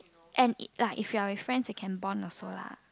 and it lah if you are with friends you can bond also lah